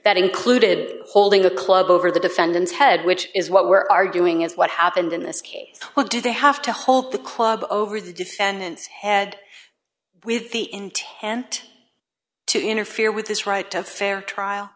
that included holding the club over the defendant's head which is what we're arguing is what happened in this case what do they have to hold the club over the defendant's head with the intent to interfere with this right to a fair trial